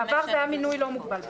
בעבר זה היה מינוי שלא מוגבל בזמן.